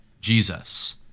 Jesus